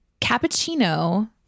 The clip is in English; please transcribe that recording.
cappuccino